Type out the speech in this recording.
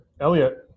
Elliot